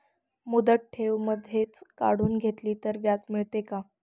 मुदत ठेव मधेच काढून घेतली तर व्याज मिळते का?